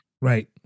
Right